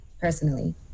personally